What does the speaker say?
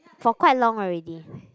for quite long already